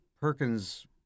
Perkins